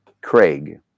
craig